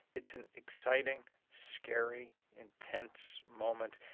it's an exciting, scary, intense moment.